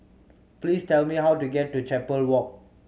please tell me how to get to Chapel Road